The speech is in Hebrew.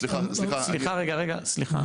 סליחה, סליחה.